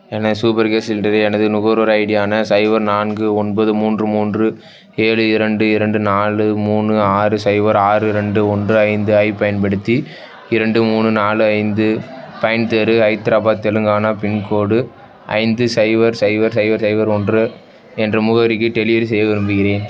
எனது super gas சிலிண்டரை எனது நுகர்வோர் ஐடியான சைபர் நான்கு ஒன்பது மூன்று மூன்று ஏழு இரண்டு இரண்டு நாலு மூணு ஆறு சைபர் ஆறு ரெண்டு ஒன்று ஐந்து ஐப் பயன்படுத்தி இரண்டு மூணு நாலு ஐந்து பைன் தெரு ஹைதராபாத் தெலுங்கானா பின்கோடு ஐந்து சைபர் சைபர் சைபர் சைபர் ஒன்று என்ற முகவரிக்கு டெலிவரி செய்ய விரும்புகிறேன்